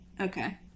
okay